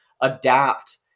adapt